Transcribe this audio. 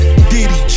Diddy